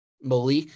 Malik